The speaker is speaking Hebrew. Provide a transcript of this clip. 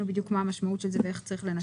בדיוק מה המשמעות של זה ואיך צריך לנסח את זה.